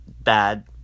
bad